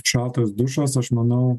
šaltas dušas aš manau